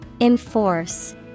Enforce